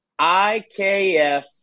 IKF